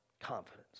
Confidence